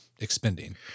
expending